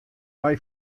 mei